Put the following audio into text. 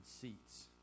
seats